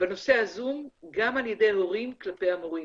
בנושא הזום גם על ידי הורים כלפי המורים